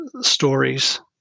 stories